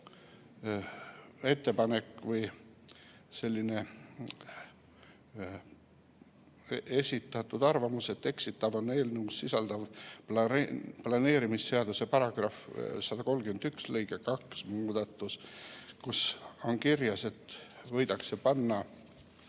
ettepanek või arvamus, et eksitav on eelnõus sisalduv planeerimisseaduse § 131 lõike 2 muudatus, kus on kirjas, et võidakse panna